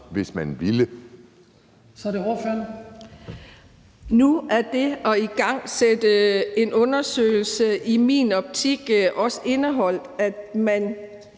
(M): Nu indebærer det at igangsætte en undersøgelse i min optik også, at man